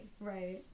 Right